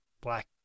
black